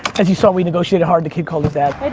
as you saw, we negotiated hard, the kid called his dad,